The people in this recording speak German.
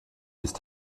ist